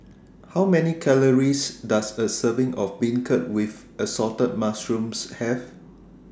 How Many Calories Does A Serving of Beancurd with Assorted Mushrooms Have